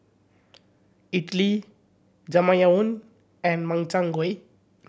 Idili Jajangmyeon and Makchang Gui